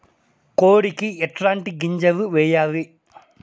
కోడికి ఎట్లాంటి గింజలు వేయాలి?